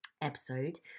episode